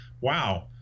wow